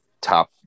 top